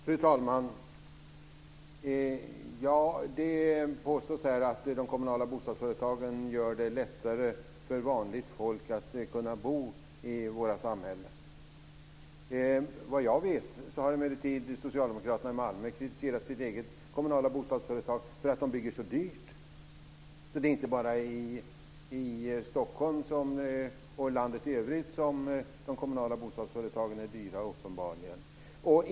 Fru talman! Det påstås här att de kommunala bostadsföretagen gör det lättare för vanligt folk att bo i våra samhällen. Såvitt jag vet har socialdemokraterna i Malmö kritiserat sitt eget kommunala bostadsföretag för att de bygger så dyrt. Det är inte bara i Stockholm utan uppenbarligen också i landet i övrigt som de kommunala bostadsföretagen är dyra.